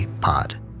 Pod